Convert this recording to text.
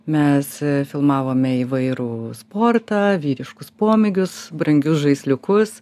mes filmavome įvairų sportą vyriškus pomėgius brangius žaisliukus